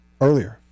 earlier